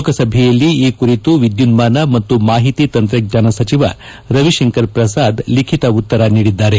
ಲೋಕಸಭೆಯಲ್ಲಿ ಈ ಕುರಿತು ವಿದ್ಯುನ್ಮಾನ ಮತ್ತು ಮಾಹಿತಿ ತಂತ್ರಜ್ಞಾನ ಸಚಿವ ರವಿಶಂಕರ್ ಪ್ರಸಾದ್ ಲಿಖಿತ ಉತ್ತರ ನೀಡಿದರು